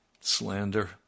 slander